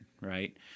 right